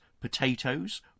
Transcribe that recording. potatoes